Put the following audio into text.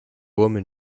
woman